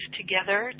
together